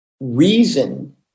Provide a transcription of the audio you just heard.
reason